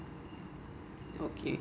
okay